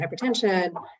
hypertension